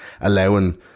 allowing